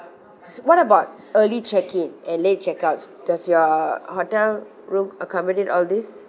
so what about early check in and late check outs does your hotel room accommodate all these